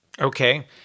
Okay